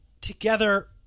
together